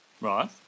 Right